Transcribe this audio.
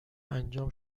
انجام